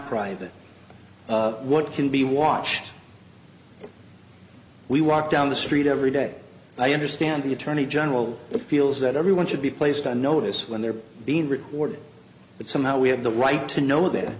private what can be watched we walk down the street every day i understand the attorney general feels that everyone should be placed on notice when they're being recorded but somehow we have the right to know that